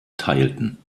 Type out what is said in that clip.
teilten